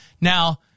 Now